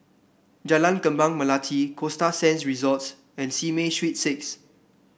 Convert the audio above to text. Jalan Kembang Melati Costa Sands Resort and Simei Street Six